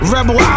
Rebel